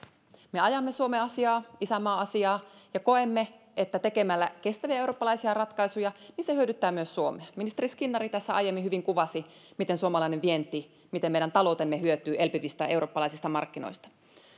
me ajamme suomen asiaa isänmaan asiaa ja koemme että kun teemme kestäviä eurooppalaisia ratkaisuja se hyödyttää myös suomea ministeri skinnari tässä aiemmin hyvin kuvasi miten suomalainen vienti ja meidän taloutemme hyötyvät elpyvistä eurooppalaisista markkinoista